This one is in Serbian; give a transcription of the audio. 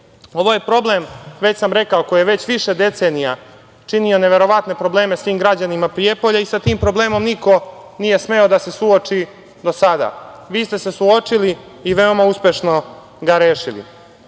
Ovo je problem, već sam rekao, koji je već više decenija činio neverovatne probleme svim građanima Prijepolja i sa tim problemom niko nije smeo da se suoči do sada. Vi ste se suočili i veoma uspešno ga rešili. Morao